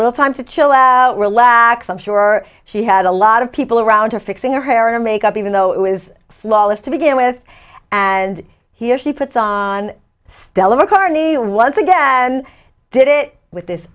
little time to chill out relax i'm sure she had a lot of people around her fixing her hair and makeup even though it was flawless to begin with and here she puts on stella mccartney was again did it with this